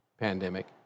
pandemic